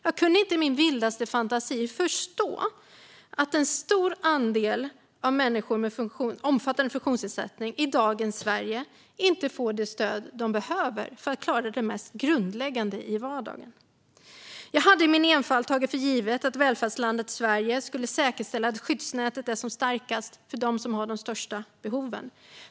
Jag kunde inte i min vildaste fantasi förstå att en stor andel människor med omfattande funktionsnedsättning - i dagens Sverige - inte får det stöd de behöver för att ens klara det mest grundläggande i vardagen. Jag hade i min enfald tagit för givet att välfärdslandet Sverige skulle säkerställa att skyddsnätet är som starkast för dem som har de största behoven.